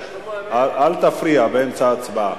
אל תפריע באמצע ההצבעה.